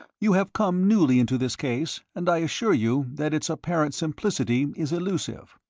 you have come newly into this case, and i assure you that its apparent simplicity is illusive.